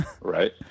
Right